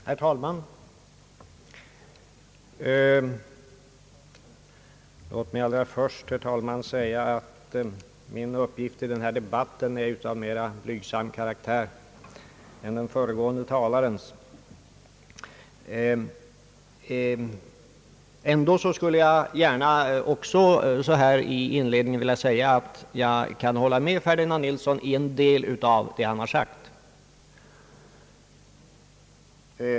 Herr talman! Låt mig allra först säga att min uppgift i den här debatten är mera blygsam än den föregående talarens. Ändå skulle jag så här i inledningen gärna vilja säga att jag kan hålla med herr Ferdinand Nilsson i en del av vad han sagt.